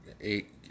eight